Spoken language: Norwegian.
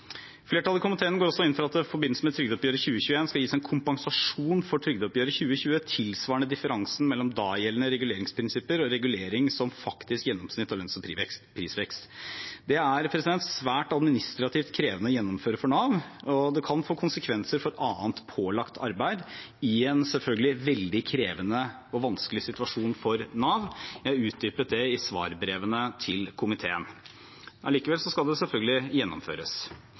Flertallet i komiteen går inn for at det i forbindelse med trygdeoppgjøret for 2021 skal gis en kompensasjon for trygdeoppgjøret 2020 tilsvarende differansen mellom dagjeldende reguleringsprinsipper og regulering som faktisk gjennomsnitt av lønns- og prisvekst. Dette er svært administrativt krevende å gjennomføre for Nav, og det kan få konsekvenser for annet pålagt arbeid, i en selvfølgelig veldig krevende og vanskelig situasjon for Nav. Jeg utdypet det i svarbrevene til komiteen. Allikevel skal det selvfølgelig gjennomføres.